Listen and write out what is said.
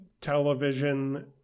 television